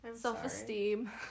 self-esteem